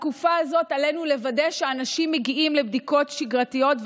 בתקופה הזאת עלינו לוודא שאנשים מגיעים לבדיקות שגרתיות,